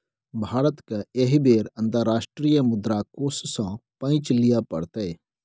भारतकेँ एहि बेर अंतर्राष्ट्रीय मुद्रा कोष सँ पैंच लिअ पड़तै